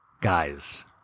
guys